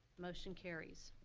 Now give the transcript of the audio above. motion carries.